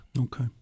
Okay